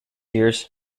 years